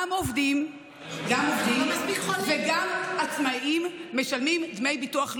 גם עובדים וגם עצמאים משלמים דמי ביטוח לאומי.